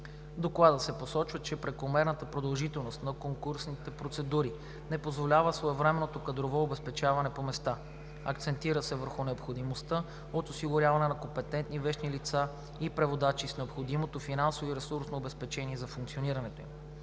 Доклада се посочва, че прекомерната продължителност на конкурсните процедури не позволява своевременното кадрово обезпечаване по места. Акцентира се върху необходимостта от осигуряване на компетентни вещи лица и преводачи с необходимото финансово и ресурсно обезпечаване за функционирането им.